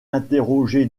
interrogé